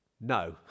no